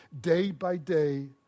day-by-day